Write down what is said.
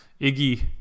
Iggy